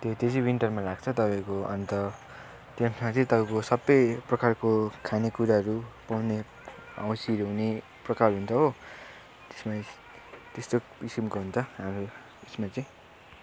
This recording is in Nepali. त्यो त्यो चाहिँ विन्टरमा लाग्छ तपाईँको अन्त त्यसमा चाहिँ तपाईँको सबै प्रकारको खानेकुराहरू पाउने हाउसीहरू हुने प्रकार हुन्छ हो त्यसमा त्यस्तो किसिमको हुन्छ हाम्रो उसमा चाहिँ